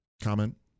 comment